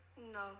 No